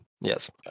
Yes